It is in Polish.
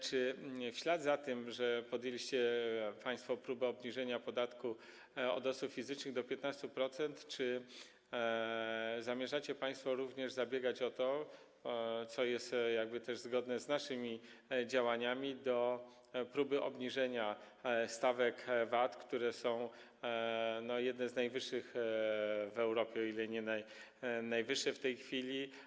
Czy w ślad za tym, że podjęliście państwo próbę obniżenia podatku od osób fizycznych do 15%, zamierzacie państwo również zabiegać o to, co jest zgodne z naszymi działaniami, do próby obniżenia stawek VAT, a są one jednymi z najwyższych w Europie, o ile nie najwyższymi w tej chwili?